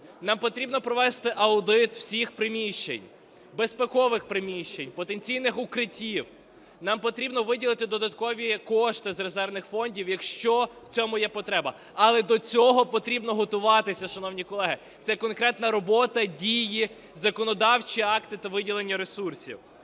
Нам потрібно провести аудит всіх приміщень, безпекових приміщень, потенційних укриттів. Нам потрібно виділити додаткові кошти з резервних фондів, якщо в цьому є потреба. Але до цього потрібно готуватися, шановні колеги. Це конкретна робота, дії, законодавчі акти та виділення ресурсів.